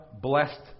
blessed